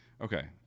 Okay